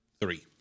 three